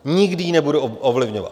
Nikdy ji nebudu ovlivňovat.